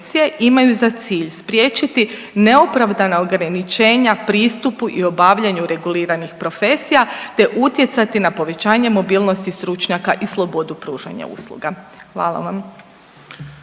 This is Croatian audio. imaju za cilj spriječiti neopravdana ograničenja pristupu i obavljanju reguliranih profesija, te utjecati na povećanje mobilnosti stručnjaka i slobodu pružanja usluga. Hvala vam.